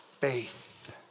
faith